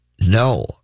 no